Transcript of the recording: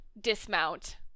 dismount